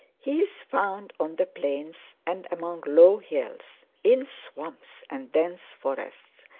he is found on the plains and among low hills, in swamps and dense forests,